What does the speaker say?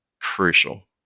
crucial